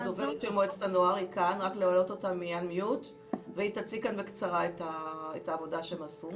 היא תציג בקצרה את העבודה שהם עשו.